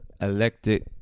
elected